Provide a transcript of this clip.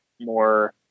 more